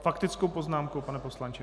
Faktickou poznámku, pane poslanče?